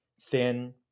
thin